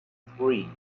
three